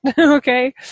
okay